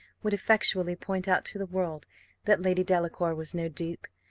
would effectually point out to the world that lady delacour was no dupe,